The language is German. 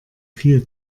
viel